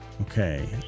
Okay